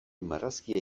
marrazkia